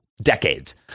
decades